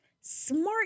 Smart